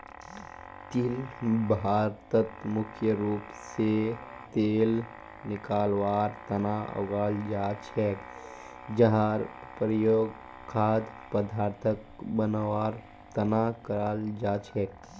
तिल भारतत मुख्य रूप स तेल निकलवार तना उगाल जा छेक जहार प्रयोग खाद्य पदार्थक बनवार तना कराल जा छेक